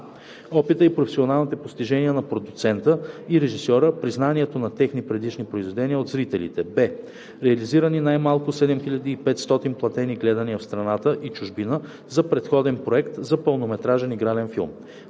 опита и професионалните постижения на продуцента и режисьора, признанието на техни предишни произведения от зрителите; б) реализирани най-малко 7500 платени гледания в страната и чужбина за предходен проект за пълнометражен игрален филм;